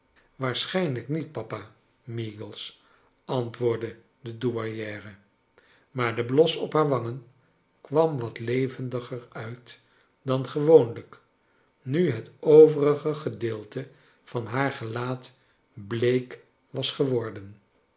waarschijnlijk niet papa meagles antwoordde de douairiere maar de bios op haar wangen kwam wat levendiger uit dan gewoonlijk nu het overige gedeelte van haar gelaat bleek was geworden